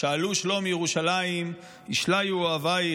"שאלו שלום ירושלָ‍ִם ישליו אֹהביך".